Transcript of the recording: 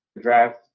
draft